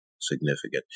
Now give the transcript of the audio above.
significant